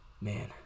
man